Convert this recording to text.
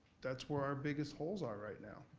that's where our biggest holes are right now.